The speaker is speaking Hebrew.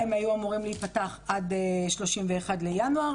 הם היו אמורים להיפתח עד 31 בינואר.